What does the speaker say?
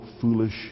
foolish